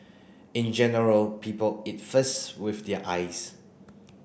in general people eat first with their eyes